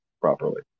properly